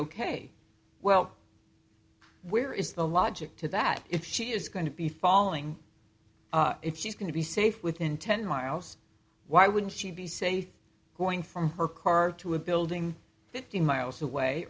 ok well where is the logic to that if she is going to be falling if she's going to be safe within ten miles why wouldn't she be safe going from her car to a building fifteen miles away